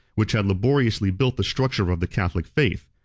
which had laboriously built the structure of the catholic faith.